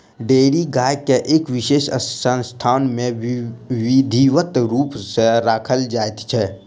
dairy गाय के एक विशेष स्थान मे विधिवत रूप सॅ राखल जाइत छै